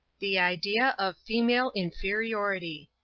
the idea of female inferiority.